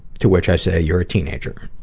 to which i say, you're a teenager.